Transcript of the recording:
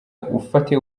ufate